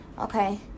okay